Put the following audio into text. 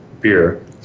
beer